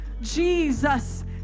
Jesus